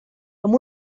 amb